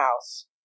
house